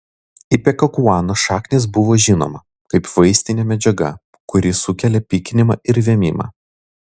ipekakuanos šaknis buvo žinoma kaip vaistinė medžiaga kuri sukelia pykinimą ir vėmimą